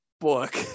book